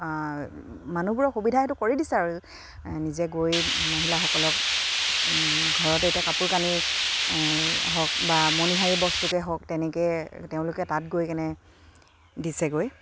মানুহবোৰক সুবিধা সেইটো কৰি দিছে আৰু নিজে গৈ মহিলাসকলক ঘৰত এতিয়া কাপোৰ কানি হওক বা মণিহাৰী বস্তুকে হওক তেনেকে তেওঁলোকে তাত গৈ কেনে দিছেগৈ